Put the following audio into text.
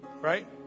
right